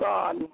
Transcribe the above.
God